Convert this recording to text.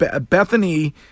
Bethany